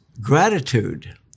gratitude